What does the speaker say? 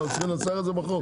צריך לנסח את זה בחוק.